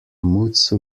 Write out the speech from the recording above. mutsu